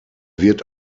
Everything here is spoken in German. wird